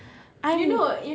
I